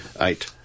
eight